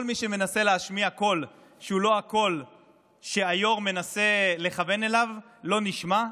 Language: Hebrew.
כל מי שמנסה להשמיע קול שהוא לא הקול שהיו"ר מנסה לכוון אליו לא נשמע,